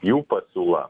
jų pasiūla